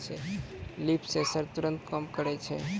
leaf sensor तुरत काम करै छै